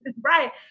Right